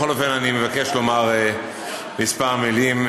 בכל אופן אני מבקש לומר כמה מלים,